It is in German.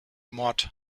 mord